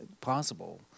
possible